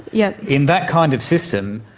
yeah in that kind of system,